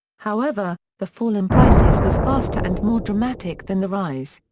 however, the fall in prices was faster and more dramatic than the rise.